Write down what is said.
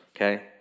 okay